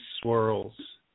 swirls